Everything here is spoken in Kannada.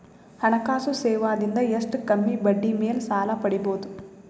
ಹಣಕಾಸು ಸೇವಾ ದಿಂದ ಎಷ್ಟ ಕಮ್ಮಿಬಡ್ಡಿ ಮೇಲ್ ಸಾಲ ಪಡಿಬೋದ?